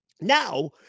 Now